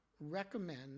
recommend